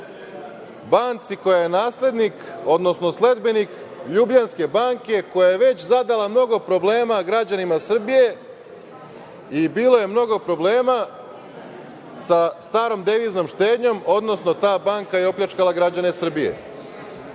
banci koja je naslednik, odnosno sledbenik „Ljubljanske banke“ koja je već zadala mnogo problema građanima Srbije i bilo je mnogo problema sa starom deviznom štednjom, odnosno ta banka je opljačkala građane Srbije. Umesto